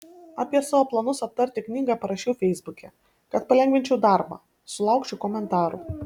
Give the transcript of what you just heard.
apie savo planus aptarti knygą parašiau feisbuke kad palengvinčiau darbą sulaukčiau komentarų